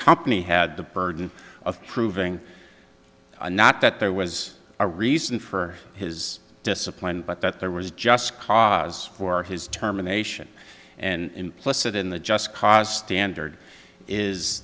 company had the burden of proving not that there was a reason for his discipline but that there was just cause for his terminations and implicit in the just cause standard is